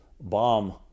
bomb